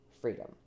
freedom